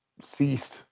ceased